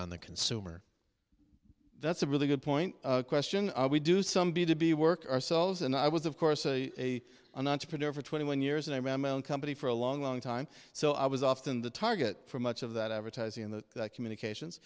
on the consumer that's a really good point question are we do some b to b work ourselves and i was of course a an entrepreneur for twenty one years and i ran my own company for a long long time so i was often the target for much of that advertising on the communications